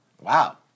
Wow